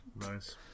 Nice